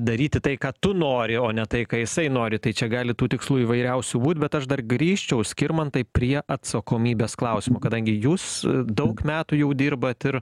daryti tai ką tu nori o ne tai ką jisai nori tai čia gali tų tikslų įvairiausių būt bet aš dar grįžčiau skirmantai prie atsakomybės klausimo kadangi jūs daug metų jau dirbat ir